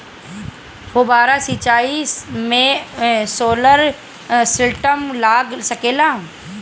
फौबारा सिचाई मै सोलर सिस्टम लाग सकेला?